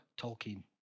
Tolkien